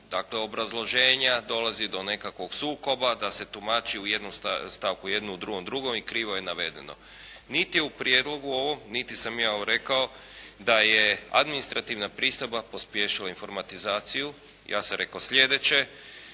dakle, obrazloženja dolazi do nekakvog sukoba, da se tumači u jednu stavku u jedno, u drugu drugo i krivo je navedeno. Niti u prijedlogu ovom, niti sam ja ovo rekao, da je administrativna pristojba pospješila informatizaciju. Ja sam rekao sljedeće,